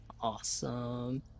Awesome